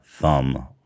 thumb